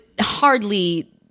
hardly